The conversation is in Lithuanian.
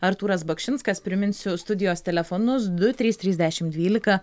artūras bakšinskas priminsiu studijos telefonus du trys trys dešimt dvylika